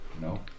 no